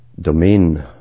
domain